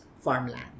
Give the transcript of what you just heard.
farmland